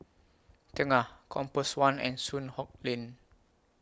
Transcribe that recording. Tengah Compass one and Soon Hock Lane